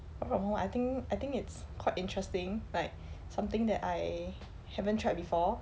work from home I think I think it's quite interesting like something that I haven't tried before